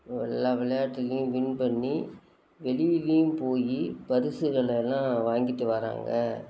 எல்லா விளையாட்டுலேயும் வின் பண்ணி வெளியிலேயும் போய் பரிசுகள் எல்லாம் வாங்கிகிட்டு வராங்க